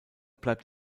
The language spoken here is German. bleibt